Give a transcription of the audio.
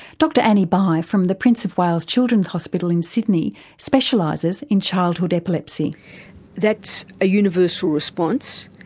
dr annie bye from the prince of wales children's hospital in sydney specialises in childhood epilepsy that's a universal response,